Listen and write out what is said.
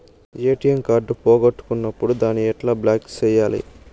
ATM card పోగొట్టుకున్నప్పుడు దాన్ని ఎట్లా బ్లాక్ సేయాలి